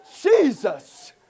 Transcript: Jesus